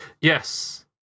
yes